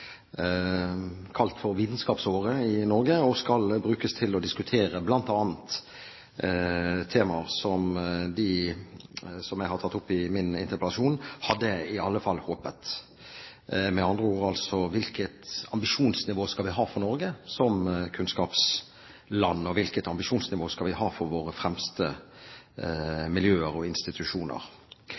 kalt Vitenskapsåret i Norge og skal brukes til å diskutere bl.a. temaer som dem jeg har tatt opp i min interpellasjon. Det hadde jeg i alle fall håpet. Med andre ord: Hvilket ambisjonsnivå skal vi ha for Norge som kunnskapsland, og hvilket ambisjonsnivå skal vi ha for våre fremste miljøer og institusjoner?